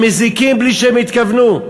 הם מזיקים בלי שהם התכוונו.